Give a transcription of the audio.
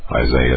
Isaiah